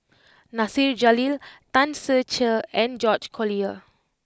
Nasir Jalil Tan Ser Cher and George Collyer